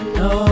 no